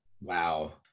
Wow